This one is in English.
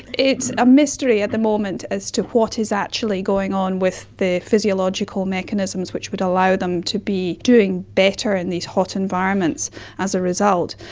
it's a mystery at the moment as to what is actually going on with the physiological mechanisms which would allow them to be doing better in these hot environments as a result.